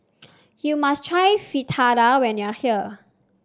you must try Fritada when you are here